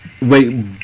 wait